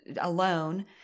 alone